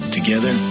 Together